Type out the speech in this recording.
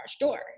door